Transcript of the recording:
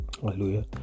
Hallelujah